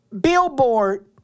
billboard